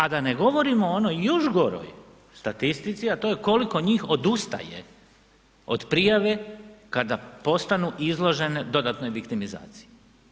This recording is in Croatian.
A da ne govorimo o onoj još goroj statistici, a to je koliko njih odustaje od prijave kada postanu izložene dodatnoj viktimizaciji.